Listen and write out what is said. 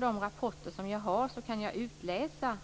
de rapporter som jag har kan jag alltså utläsa